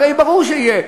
הרי ברור שיהיה,